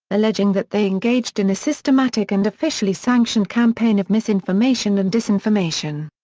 alleging that they engaged in a systematic and officially sanctioned campaign of misinformation and disinformation.